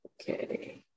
okay